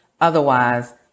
Otherwise